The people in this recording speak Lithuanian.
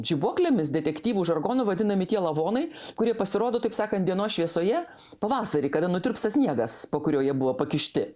žibuoklėmis detektyvų žargonu vadinami tie lavonai kuri pasirodo taip sakant dienos šviesoje pavasarį kada nutirpsta sniegas po kuriuo jie buvo pakišti